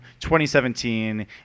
2017